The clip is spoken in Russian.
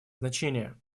значение